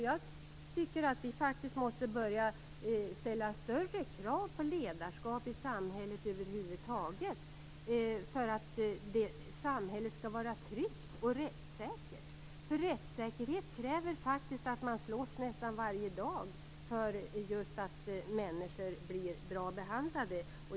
Jag tycker faktiskt att vi måste börja ställa större krav på ledarskap i samhället över huvud taget för att samhället skall vara tryggt och rättssäkert. Rättssäkerhet kräver faktiskt att man slåss nästan varje dag för att människor skall bli bra behandlade.